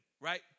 right